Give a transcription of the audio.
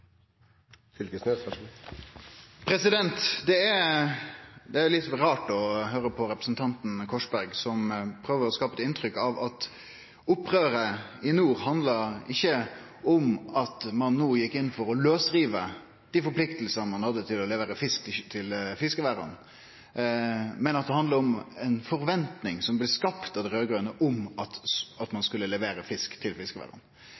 Korsberg, som prøver å skape eit inntrykk av at opprøret i nord ikkje handla om at ein no gjekk inn for å lausrive dei forpliktingane ein hadde til å levere fisk til fiskeværa, men at det handlar om ei forventing som blei skapt av dei raud-grøne om at ein skulle levere fisk til fiskeværa.